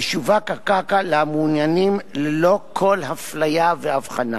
תשווק הקרקע למעוניינים ללא כל אפליה והבחנה.